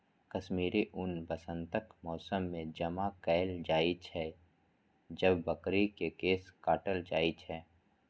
कश्मीरी ऊन वसंतक मौसम मे जमा कैल जाइ छै, जब बकरी के केश काटल जाइ छै